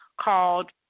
called